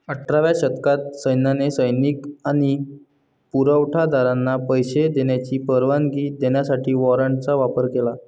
अठराव्या शतकात सैन्याने सैनिक आणि पुरवठा दारांना पैसे देण्याची परवानगी देण्यासाठी वॉरंटचा वापर केला